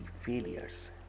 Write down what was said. failures